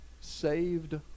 saved